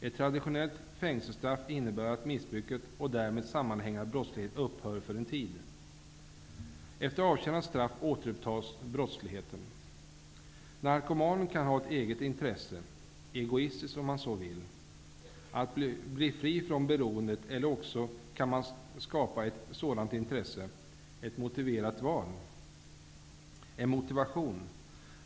Ett traditionellt fängelsestraff innebär att missbruket och därmed sammanhängande brottslighet upphör för en tid. Efter avtjänat straff återupptar personen i fråga brottsligheten. Narkomanen kan ha ett eget intresse, egoistiskt om man så vill, att bli fri från beroendet, eller också kan man skapa ett sådant intresse, en motivation.